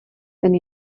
ten